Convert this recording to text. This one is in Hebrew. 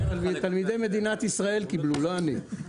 אלה תלמידי מדינת ישראל שקיבלו, לא אני.